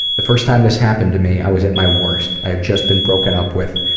the first time this happened to me i was at my worst. i had just been broken up with,